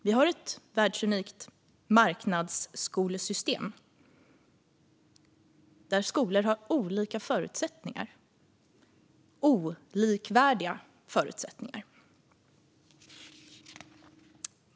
Vi har ett världsunikt marknadsskolesystem, där skolor har olika förutsättningar - olikvärdiga förutsättningar.